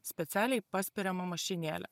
specialiai paspiriamą mašinėlę